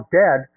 dead